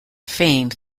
fame